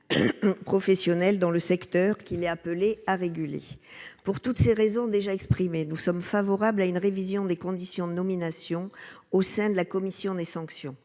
professionnelles dans le secteur qui est appelé à réguler pour toutes ces raisons, déjà exprimé, nous sommes favorables à une révision des conditions de nomination au sein de la commission des sanctions